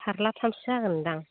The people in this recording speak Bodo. फारला थामसो जागोनदां